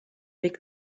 big